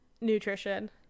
nutrition